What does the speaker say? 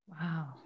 Wow